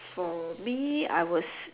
for me I was